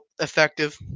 effective